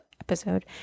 episode